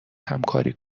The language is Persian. همکاری